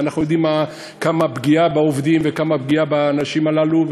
ואנחנו יודעים כמה פגיעה בעובדים וכמה פגיעה באנשים הללו,